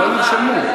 לא נרשמו,